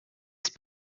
ist